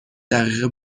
دقیقه